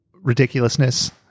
ridiculousness